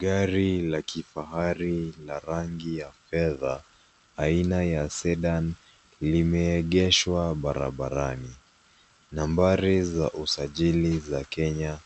Gari la kifahari la rangi ya fedha aina ya Sedan limeegeshwa barabarani. Nambari za usajili za Kenya